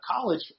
college